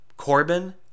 Corbin